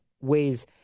ways